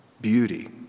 beauty